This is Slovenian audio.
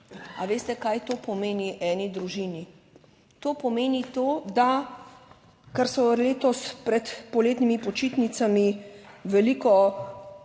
A veste kaj to pomeni eni družini? To pomeni to, da ker so letos pred poletnimi počitnicami veliko